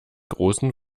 großen